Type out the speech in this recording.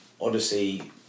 Odyssey